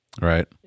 Right